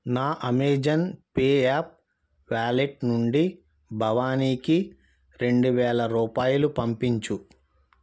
నా Amazon Pay app wallet నుండి భవానీకి రెండు వేల రూపాయలు పంపించు